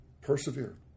Persevere